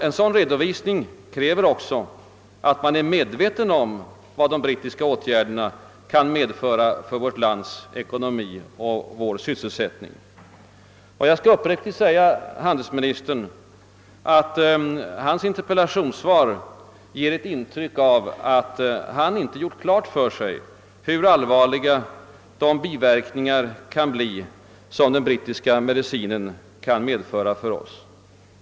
En sådan redovisning kräver också att man själv är medveten om de konsekvenser som de brittiska åtgärderna medför för vårt lands ekonomi och vår sysselsättning. Jag skall uppriktigt säga handelsministern att hans interpellationssvar ger ett intryck av att han inte gjort klart för sig hur allvarliga biverkningar den brittiska medicinen kan medföra för oss.